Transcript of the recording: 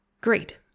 great